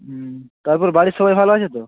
হুম তারপর বাড়ির সবাই ভালো আছে তো